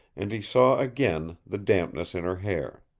and he saw again the dampness in her hair.